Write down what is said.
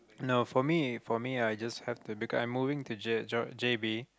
no for me for me I just have to because I'm moving to j~ Joho~ j~ j_b